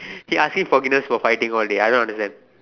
he ask me for forgiveness for fighting all dey I don't understand